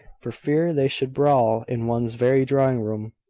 for fear they should brawl in one's very drawing-room.